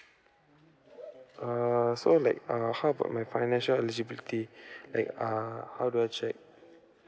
err so like err how about my financial eligibility like uh how do I check